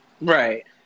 Right